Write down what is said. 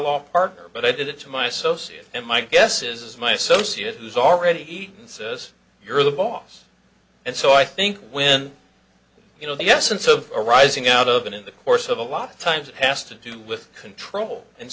law partner but i did it to myself see it and my guess is my associate was already eaten says you're the boss and so i think when you know the essence of arising out of it in the course of a lot of times it has to do with control and